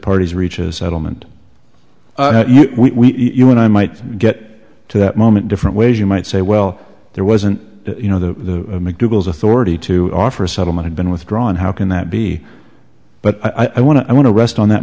parties reaches settlement we you and i might get to that moment different ways you might say well there wasn't you know the mcdougal's authority to offer a settlement had been withdrawn how can that be but i want to i want to rest on that